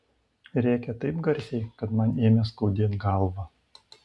rėkė taip garsiai kad man ėmė skaudėt galvą